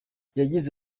yagize